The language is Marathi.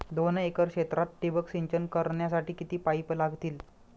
दोन एकर क्षेत्रात ठिबक सिंचन करण्यासाठी किती पाईप लागतील?